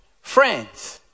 friends